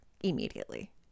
immediately